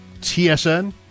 TSN